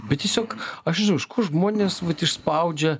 bet tiesiog aš nežinau iš kur žmonės vat išspaudžia